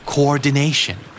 Coordination